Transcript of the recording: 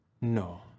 No